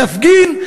נפגין,